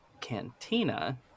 Cantina